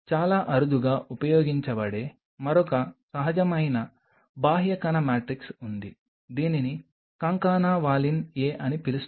చాలా అరుదుగా ఉపయోగించబడే మరొక సహజమైన బాహ్య కణ మాట్రిక్స్ ఉంది దీనిని కాంకానా వాలిన్ A అని పిలుస్తారు